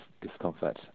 discomfort